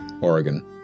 Oregon